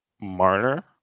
Marner